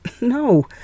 No